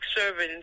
servants